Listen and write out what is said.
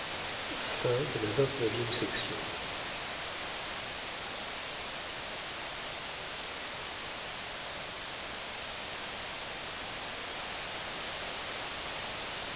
de la voir si